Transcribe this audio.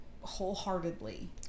wholeheartedly